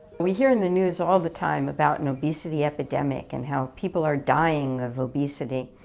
we hear in the news all the time about an obesity epidemic and how people are dying of obesity.